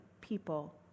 people